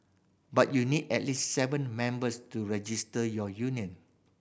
but you need at least seven members to register your union